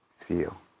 Feel